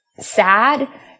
sad